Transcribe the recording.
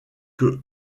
que